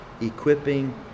equipping